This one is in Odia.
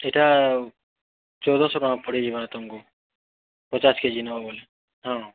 ଇ'ଟା ଚଉଦ ଶହ ଟଙ୍କା ପଡ଼ିଯିବା ତମ୍କୁ ପଚାଶ୍ କେଜି ନେବ ବେଲେ ହଁ